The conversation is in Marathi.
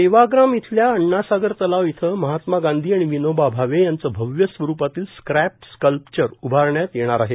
सेवाग्राम इथल्या अण्णासागर तलाव इथं महात्मा गांधी आणि विनोबा भावे यांचं भव्य स्वरुपातील स्क्रॅप स्कल्पचर उभारण्यात येणार आहे